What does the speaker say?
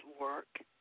work